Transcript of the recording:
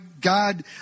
God